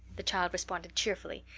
the child responded cheerfully.